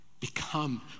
become